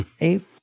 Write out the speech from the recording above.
eight